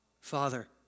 Father